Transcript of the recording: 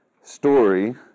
story